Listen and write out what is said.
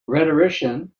rhetorician